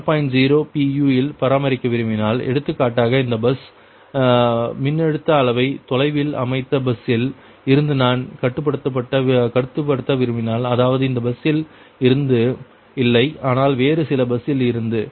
u இல் பராமரிக்க விரும்பினால் எடுத்துக்காட்டாக இந்த பஸ் மின்னழுத்த அளவை தொலைவில் அமைத்த பஸ்ஸில் இருந்து நான் கட்டுப்படுத்த விரும்பினால் அதாவது இந்த பஸ்ஸில் இருந்து இல்லை ஆனால் வேறு சில பஸ்ஸில் இருந்து